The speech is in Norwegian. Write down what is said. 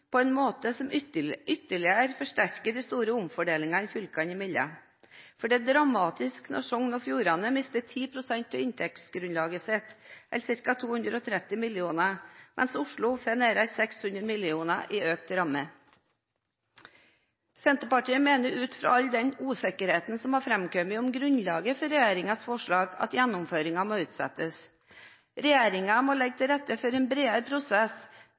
på en måte som ytterligere forsterker de store omfordelingene fylkene imellom. Det er dramatisk når Sogn og Fjordane mister 10 pst. av inntektsgrunnlaget sitt, eller ca. 230 mill. kr, mens Oslo får nærmere 600 mill. kr. i økte rammer. Senterpartiet mener, ut fra all den usikkerheten som har framkommet om grunnlaget for regjeringens forslag, at gjennomføringen må utsettes. Regjeringen må legge til rette for en bredere prosess,